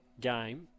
game